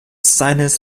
seines